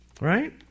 Right